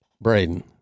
Braden